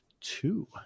two